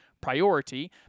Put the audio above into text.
priority